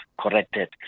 corrected